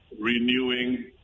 renewing